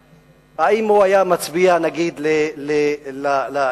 האם הוא היה מצביע, נגיד, לאיחוד הלאומי?